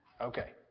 Okay